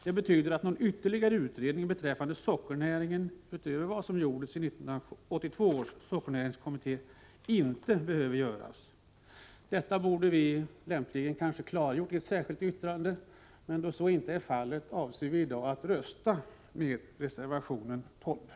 Det betyder att någon ytterligare utredning beträffande sockernäringen, utöver vad som skedde i 1982 års sockernäringskommitté, inte behöver göras. Detta borde vi kanske ha klargjort i ett särskilt yttrande. Då så inte blivit fallet avser vi i dag att rösta för reservation 12.